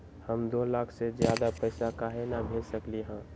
हम दो लाख से ज्यादा पैसा काहे न भेज सकली ह?